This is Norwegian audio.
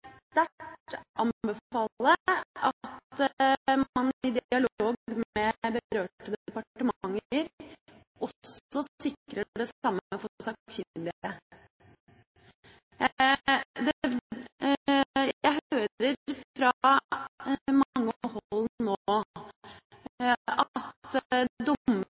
at man i dialog med berørte departementer også sikrer det samme for sakkyndige. Jeg hører fra mange